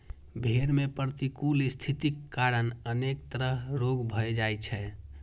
भेड़ मे प्रतिकूल स्थितिक कारण अनेक तरह रोग भए जाइ छै